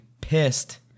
pissed